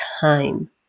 time